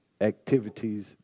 Activities